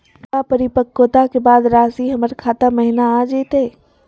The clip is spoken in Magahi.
का परिपक्वता के बाद रासी हमर खाता महिना आ जइतई?